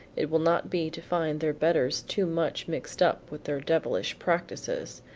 it will not be to find their betters too much mixed up with their devilish practices.